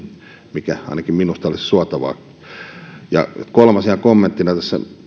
mikä ainakin minusta olisi suotavaa kolmas ihan kommenttina